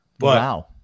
Wow